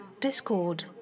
discord